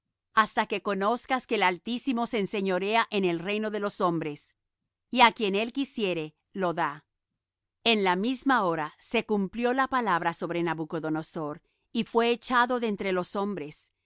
hasta que conozcas que el altísimo se enseñorea en el reino de los hombres y á quien él quisiere lo da en la misma hora se cumplió la palabra sobre nabucodonosor y fué echado de entre los hombres